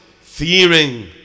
fearing